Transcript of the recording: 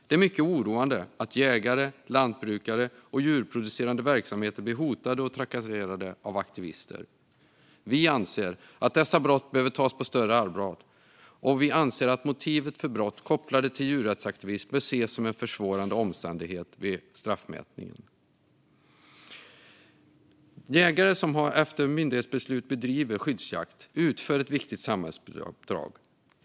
Det är mycket oroande att jägare, lantbrukare och djurproducerande verksamheter blir hotade och trakasserade av aktivister. Vi anser att dessa brott behöver tas på större allvar. Vi anser att motivet för brott kopplade till djurrättsaktivism bör ses som en försvårande omständighet vid straffmätningen. Jägare som efter myndighetsbeslut bedriver skyddsjakt utför ett viktigt samhällsuppdrag.